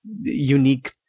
unique